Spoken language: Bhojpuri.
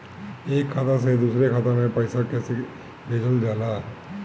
एक खाता से दुसरे खाता मे पैसा कैसे भेजल जाला?